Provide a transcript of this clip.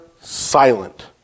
silent